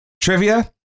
trivia